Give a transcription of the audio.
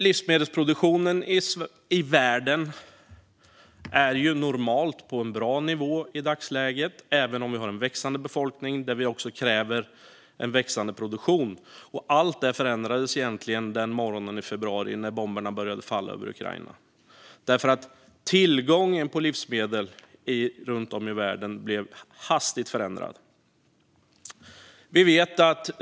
Livsmedelsproduktionen i världen är normalt på en bra nivå, även om en växande befolkning också kräver en växande produktion. Allt det förändrades den morgon i februari då bomberna började falla över Ukraina. Tillgången på livsmedel i världen förändrades hastigt.